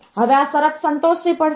હવે આ શરત સંતોષવી પડશે